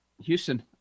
Houston